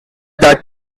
that